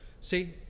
See